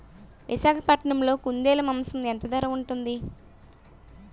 విశాఖపట్నంలో కుందేలు మాంసం ఎంత ధర ఉంటుంది?